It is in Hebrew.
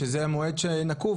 שזה המועד הנקוב,